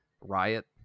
riot